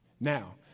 Now